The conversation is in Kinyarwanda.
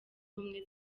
ubumwe